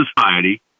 society